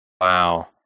Wow